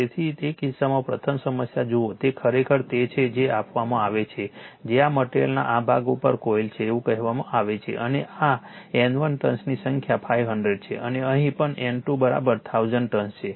તેથી તે કિસ્સામાં પ્રથમ સમસ્યા જુઓ તે ખરેખર તે છે જે આપવામાં આવે છે જે આ મટીરીઅલના આ ભાગ ઉપર કોઇલ છે એવું કહેવામાં આવે છે અને આ N1 ટર્ન્સની સંખ્યા 500 છે અને અહીં પણ N2 1000 ટર્ન્સ છે